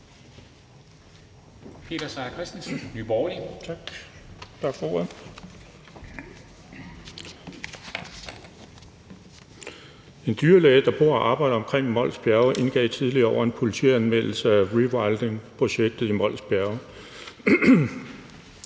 En dyrlæge, der bor og arbejder omkring Mols Bjerge, indgav tidligere i år en politianmeldelse af rewildingprojektet i Mols Bjerge.